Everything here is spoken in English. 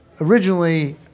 originally